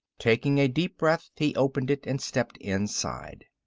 taking a deep breath, he opened it and stepped inside.